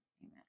amen